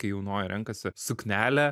kai jaunoji renkasi suknelę